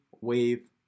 wave